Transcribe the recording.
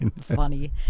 Funny